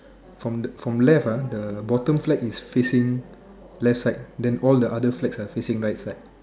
from the from left ah the bottom flag is facing left side then all the other flags are facing right side